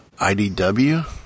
IDW